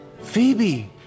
Phoebe